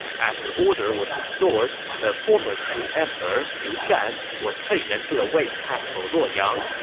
after order was restored, the former shu emperor liu shan was taken to the wei capital luoyang,